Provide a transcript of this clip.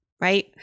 right